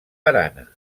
barana